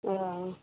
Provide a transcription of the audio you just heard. ओ